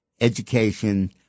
education